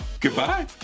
Goodbye